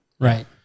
right